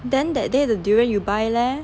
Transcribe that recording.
then that day the durian you buy leh